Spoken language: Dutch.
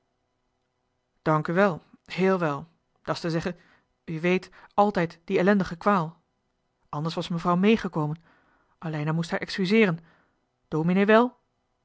dank u heel wel da's te zeggen u weet àltijd die ellendige kwaal anders was mevrouw mee gekomen aleida moest haar excuseeren dominee